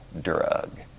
drug